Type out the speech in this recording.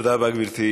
תודה רבה, גברתי.